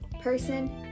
person